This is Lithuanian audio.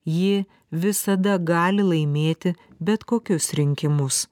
ji visada gali laimėti bet kokius rinkimus